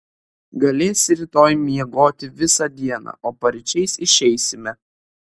galėsi rytoj miegoti visą dieną o paryčiais išeisime